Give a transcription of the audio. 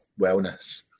wellness